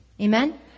Amen